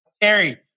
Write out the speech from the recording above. Terry